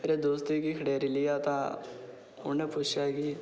मेरे दोस्तै गी खड़ेरी लैआ तां उ'न्नै पुच्छेआ की